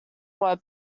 were